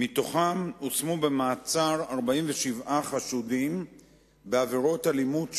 ומתוכם הושמו במעצר 47 חשודים בעבירות אלימות שונות.